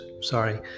Sorry